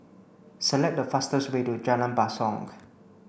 select the fastest way to Jalan Basong